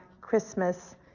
Christmas